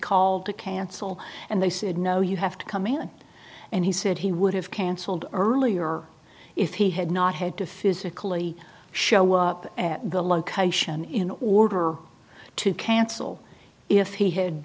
called to cancel and they said no you have to come in and he said he would have cancelled earlier if he had not had to physically show up at the location in order to cancel if he had